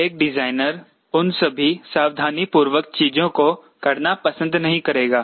एक डिजाइनर उन सभी सावधानीपूर्वक चीजों को करना पसंद नहीं करेगा